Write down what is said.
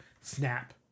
snap